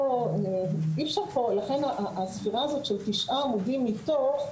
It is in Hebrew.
אי אפשר לכן הספירה הזאת של תשעה עמודים מתוך,